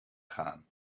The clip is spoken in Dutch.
gaan